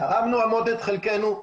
תרמנו המון את חלקינו.